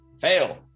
Fail